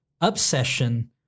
Obsession